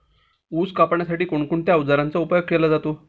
ऊस कापण्यासाठी कोणत्या अवजारांचा उपयोग केला जातो?